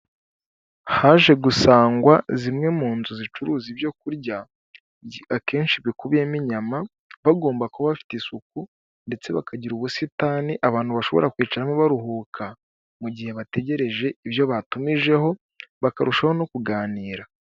Haje gusangwa zimwe mu nzu zicuruza ibyokurya akenshi bikubiyemo inyama, bagomba kuba bafite isuku ndetse bakagira ubusitani abantu bashobora kwicaramo baruhuka, mu gihe bategereje ibyo batumijeho, bakarushaho no kuganira.